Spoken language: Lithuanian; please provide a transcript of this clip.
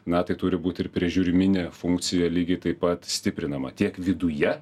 na tai turi būt ir prižiuriminė funkcija lygiai taip pat stiprinama tiek viduje